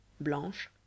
Blanche